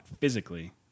physically